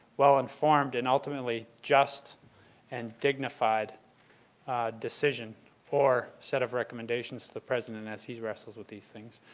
well-informed, and ultimately just and dignified decision or set of recommendations to the president as he wrestles with these things.